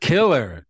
Killer